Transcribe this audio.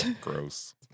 Gross